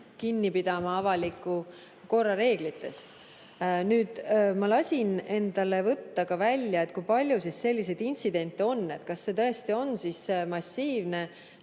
kinni pidama avaliku korra reeglitest. Ma lasin endale võtta ka välja, kui palju siis selliseid intsidente on, kas see tõesti on massiivne,